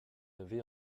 avait